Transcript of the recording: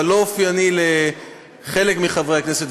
אבל לא אופייני לחלק מחברי הכנסת,